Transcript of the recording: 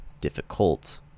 difficult